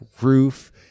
roof